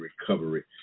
recovery